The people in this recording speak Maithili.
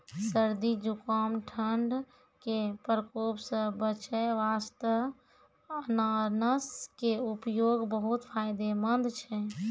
सर्दी, जुकाम, ठंड के प्रकोप सॅ बचै वास्तॅ अनानस के उपयोग बहुत फायदेमंद छै